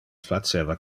faceva